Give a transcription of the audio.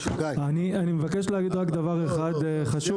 אני מבקש להגיד רק דבר אחד חשוב,